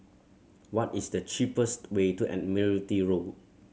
what is the cheapest way to Admiralty Road